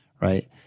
right